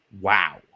Wow